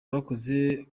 bakoze